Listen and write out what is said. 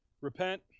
Repent